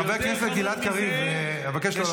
חבר כנסת גלעד קריב, אבקש לא להפריע.